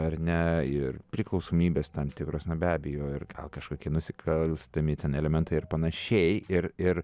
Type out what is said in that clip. ar ne ir priklausomybės tam tikros na be abejo ir gal kažkokie nusikalstami elementai ir panašiai ir ir